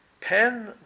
pen